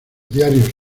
diarios